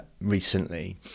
recently